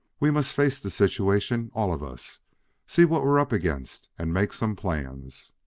we must face the situation, all of us see what we're up against and make some plans.